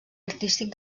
artístic